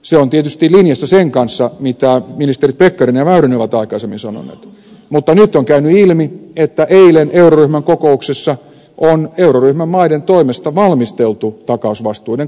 se on tietysti linjassa sen kanssa mitä ministeri pekkarinen ja ministeri väyrynen ovat aikaisemmin sanoneet mutta nyt on käynyt ilmi että eilen euroryhmän kokouksessa on euroryhmän maiden toimesta valmisteltu takausvastuiden kasvattamista